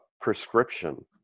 prescription